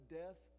death